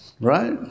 Right